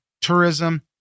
tourism